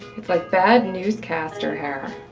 it's like bad newscaster hair,